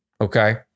okay